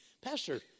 Pastor